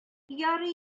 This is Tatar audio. ярый